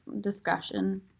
discretion